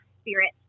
spirit